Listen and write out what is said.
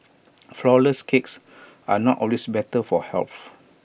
Flourless Cakes are not always better for health